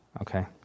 Okay